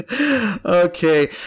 Okay